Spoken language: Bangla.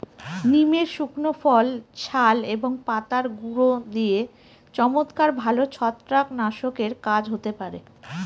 নিমের শুকনো ফল, ছাল এবং পাতার গুঁড়ো দিয়ে চমৎকার ভালো ছত্রাকনাশকের কাজ হতে পারে